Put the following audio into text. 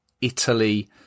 Italy